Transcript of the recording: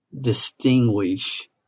distinguish